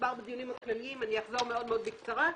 הוסבר בדיונים הכלליים אחזור בקצרה מאוד,